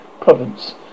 province